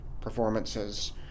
performances